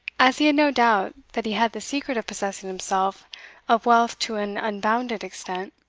as he had no doubt that he had the secret of possessing himself of wealth to an unbounded extent,